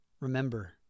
Remember